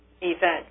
event